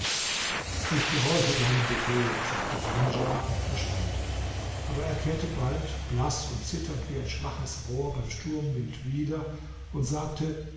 ich gehorche deinem befehl sagte sandja und verschwand aber er kehrte bald blaß und zitternd wie ein schwaches rohr beim sturmwind wieder und sagte